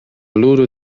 ludo